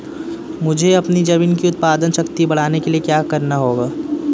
मुझे अपनी ज़मीन की उत्पादन शक्ति बढ़ाने के लिए क्या करना होगा?